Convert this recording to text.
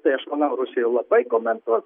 tai aš manau rusijoj labai komentuos